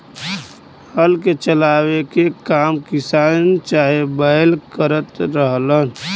हल के चलावे के काम किसान चाहे बैल करत रहलन